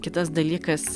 kitas dalykas